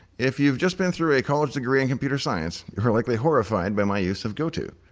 if you've just been through a college degree in computer science you are likely horrified by my use of goto.